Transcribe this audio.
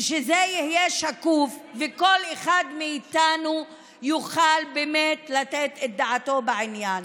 ושזה יהיה שקוף וכל אחד מאיתנו יוכל באמת לתת את דעתו בעניין.